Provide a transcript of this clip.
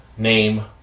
name